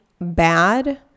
bad